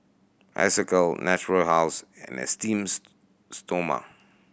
Isocal Natura House and Esteem Stoma